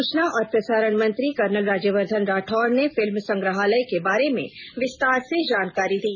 सूचना और प्रसारण मंत्री कर्नल राज्यवर्धन राठौड़ ने फिल्म संग्रहालय के बारे में विस्तार से जानकारी दी